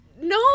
no